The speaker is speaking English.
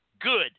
Good